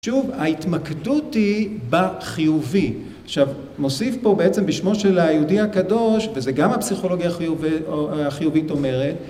שוב ההתמקדות היא בחיובי, עכשיו מוסיף פה בעצם בשמו של היהודי הקדוש, וזה גם הפסיכולוגיה החיובית אומרת,